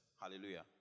hallelujah